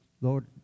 Lord